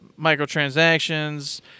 microtransactions